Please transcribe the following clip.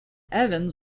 evans